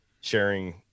sharing